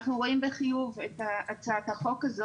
אנחנו רואים בחיוב את הצעת החוק הזאת